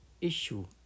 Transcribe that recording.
issue